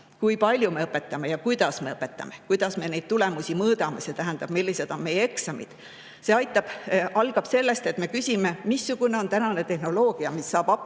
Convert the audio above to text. kui palju me õpetame ja kuidas me õpetame, kuidas me neid tulemusi mõõdame, see tähendab, millised on meie eksamid. See algab sellest, et me küsime, missugune on tänane tehnoloogia, mis saab